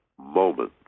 moment